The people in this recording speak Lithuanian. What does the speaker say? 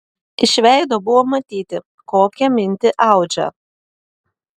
iš veido buvo matyti kokią mintį audžia